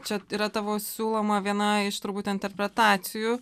čia yra tavo siūloma viena iš turbūt interpretacijų